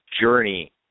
journey